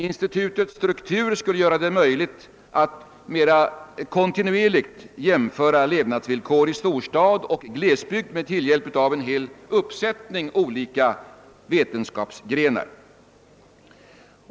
Institutets struktur skulle göra det möjligt att mera kontinuerligt jämföra levnadsvillkor i storstad och i glesbygd med tillhjälp av en hel uppsättning olika vetenskapsgrenar.